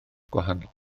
gwahanol